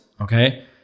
okay